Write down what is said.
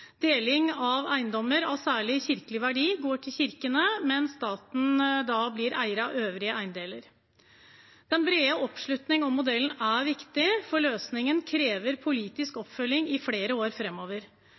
deling der eiendommer av særlig kirkelig verdi går til kirkene, mens staten blir eier av øvrige eiendeler. Denne brede oppslutningen om modellen er viktig, for løsningen krever politisk